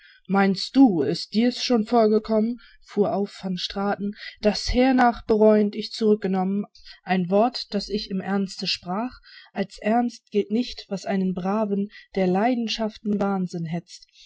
meinst du ist dir's schon vorgekommen fuhr auf van straten daß hernach bereuend ich zurückgenommen ein wort das ich im ernste sprach als ernst gilt nicht wenn einen braven der leidenschaften wahnsinn hetzt